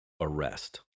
arrest